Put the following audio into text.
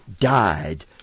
died